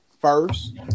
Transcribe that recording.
first